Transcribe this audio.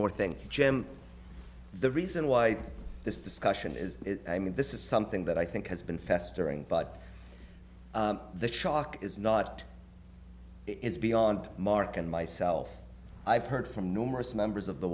more thing jim the reason why this discussion is i mean this is something that i think has been festering but that shock is not it's beyond mark and myself i've heard from numerous members of the